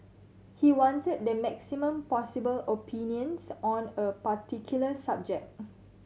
he wanted the maximum possible opinions on a particular subject